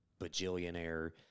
bajillionaire